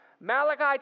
Malachi